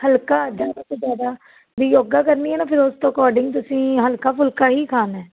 ਹਲਕਾ ਜ਼ਿਆਦਾ ਤੋਂ ਜ਼ਿਆਦਾ ਵੀ ਯੋਗਾ ਕਰਨੀ ਹੈ ਨਾ ਫਿਰ ਉਸ ਅਕੋਰਡਿੰਗ ਤੁਸੀਂ ਹਲਕਾ ਫੁਲਕਾ ਹੀ ਖਾਣਾ